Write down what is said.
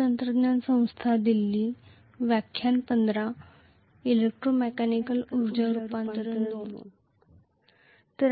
तर